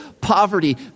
poverty